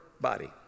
body